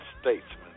statesman